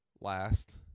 last